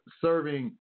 Serving